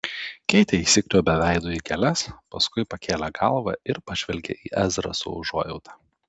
keitė įsikniaubė veidu į gėles paskui pakėlė galvą ir pažvelgė į ezrą su užuojauta